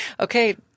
okay